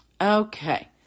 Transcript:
Okay